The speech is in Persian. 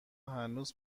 هنوز